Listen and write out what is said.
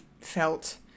felt